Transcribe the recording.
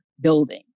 building